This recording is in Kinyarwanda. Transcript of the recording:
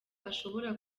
ashobora